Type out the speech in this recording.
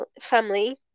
family